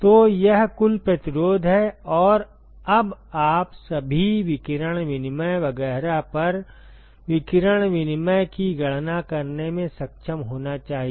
तो यह कुल प्रतिरोध है और अब आप सभी विकिरण विनिमय वगैरह पर विकिरण विनिमय की गणना करने में सक्षम होना चाहिए